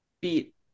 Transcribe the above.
beat